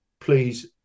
please